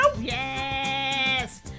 Yes